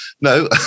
no